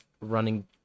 running